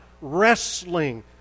wrestling